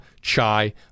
chai